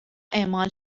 اعمال